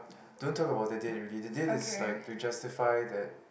don't talk about that date already that date is like to justify that